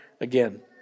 again